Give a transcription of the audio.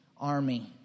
army